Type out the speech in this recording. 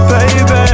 Baby